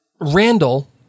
Randall